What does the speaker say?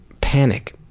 panic